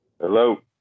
hello